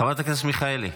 חברת הכנסת מיכאלי.